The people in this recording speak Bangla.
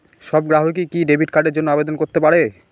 সব গ্রাহকই কি ডেবিট কার্ডের জন্য আবেদন করতে পারে?